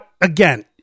again